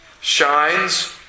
shines